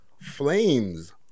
Flames